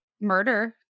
Murder